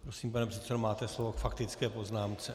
Prosím, pane předsedo, máte slovo k faktické poznámce.